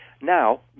Now